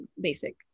basic